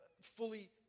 fully